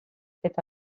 eta